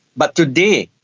but today,